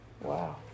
Wow